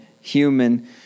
human